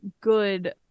good